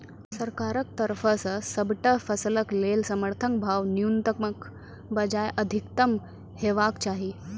सरकारक तरफ सॅ सबटा फसलक लेल समर्थन भाव न्यूनतमक बजाय अधिकतम हेवाक चाही?